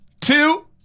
two